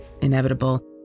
inevitable